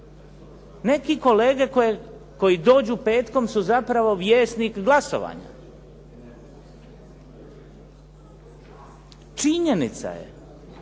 Neki kolege koji dođu petkom su zapravo vjesnik glasovanja. Činjenica je